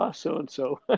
so-and-so